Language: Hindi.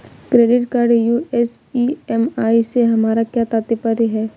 क्रेडिट कार्ड यू.एस ई.एम.आई से हमारा क्या तात्पर्य है?